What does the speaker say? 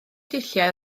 dulliau